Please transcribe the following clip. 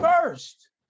first